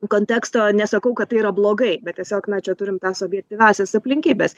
konteksto nesakau kad tai yra blogai bet tiesiog na čia turim tas objektyviąsias aplinkybes